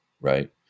right